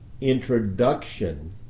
introduction